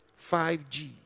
5G